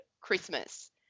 Christmas